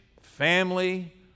family